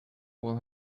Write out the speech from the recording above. will